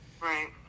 right